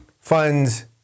funds